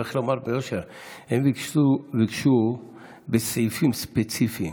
שהם ביקשו בסעיפים ספציפיים